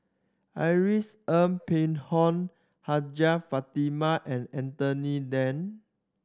Ng Phek Hoong Hajjah Fatimah and Anthony Then